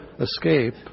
escape